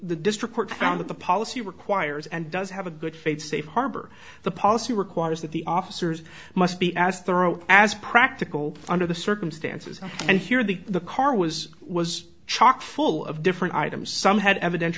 that the policy requires and does have a good faith safe harbor the policy requires that the officers must be as thorough as practical under the circumstances and here the the car was was chock full of different items some had eviden